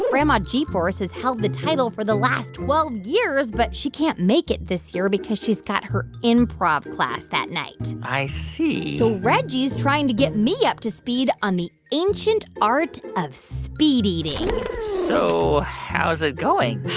and grandma g-force has held the title for the last twelve years, but she can't make it this year because she's got her improv class that night i see so reggie's trying to get me up to speed on the ancient art of speed eating so how's it going?